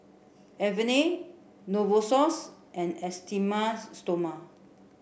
Avene Novosource and Esteem stoma